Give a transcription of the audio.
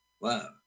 Wow